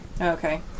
Okay